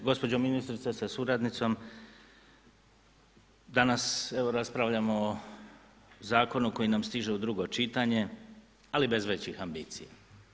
Gospođo ministrice sa suradnicom, danas evo raspravljamo o zakonu koji nam stiže u drugo čitanje, ali bez većih ambicija.